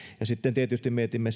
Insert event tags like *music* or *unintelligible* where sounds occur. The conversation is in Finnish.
sitten tietysti mietimme *unintelligible*